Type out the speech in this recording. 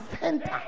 center